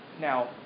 Now